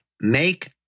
make